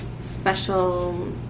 special